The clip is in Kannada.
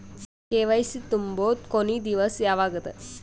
ಕೆ.ವೈ.ಸಿ ತುಂಬೊ ಕೊನಿ ದಿವಸ ಯಾವಗದ?